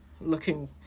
looking